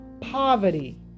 poverty